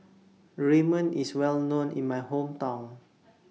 Ramen IS Well known in My Hometown